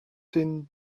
din